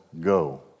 go